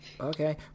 okay